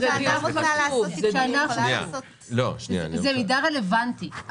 זה מידע רלוונטי,